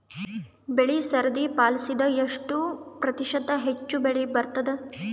ಬೆಳಿ ಸರದಿ ಪಾಲಸಿದರ ಎಷ್ಟ ಪ್ರತಿಶತ ಹೆಚ್ಚ ಬೆಳಿ ಬರತದ?